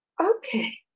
Okay